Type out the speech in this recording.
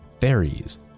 fairies